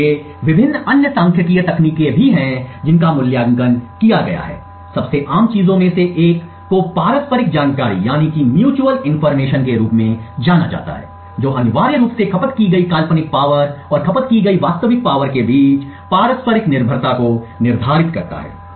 इसलिए विभिन्न अन्य सांख्यिकीय तकनीकें हैं जिनका मूल्यांकन किया गया है सबसे आम चीजों में से एक को पारस्परिक जानकारी के रूप में जाना जाता है जो अनिवार्य रूप से खपत की गई काल्पनिक शक्ति और खपत की गई वास्तविक शक्ति के बीच पारस्परिक निर्भरता को निर्धारित करता है